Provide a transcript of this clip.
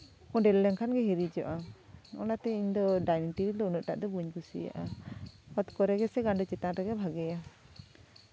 ᱠᱳᱰᱮᱞ ᱞᱮᱱᱠᱷᱟᱱᱜᱮ ᱦᱤᱨᱤᱡᱚᱜᱼᱟ ᱚᱱᱟᱛᱮ ᱤᱧᱫᱚ ᱰᱟᱭᱱᱤᱝ ᱴᱮᱵᱤᱞ ᱫᱚ ᱩᱱᱟᱹᱜ ᱴᱟᱫᱚ ᱵᱟᱹᱧ ᱠᱩᱥᱤᱭᱟᱜᱼᱟ ᱚᱛ ᱠᱚᱨᱮᱜᱮ ᱥᱮ ᱜᱟᱰᱳ ᱪᱮᱛᱟᱱ ᱨᱮᱜᱮ ᱵᱷᱟᱹᱜᱮᱭᱟ